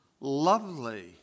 lovely